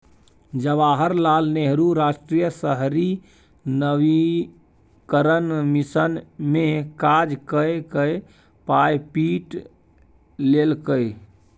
जवाहर लाल नेहरू राष्ट्रीय शहरी नवीकरण मिशन मे काज कए कए पाय पीट लेलकै